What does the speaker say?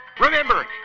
Remember